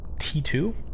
T2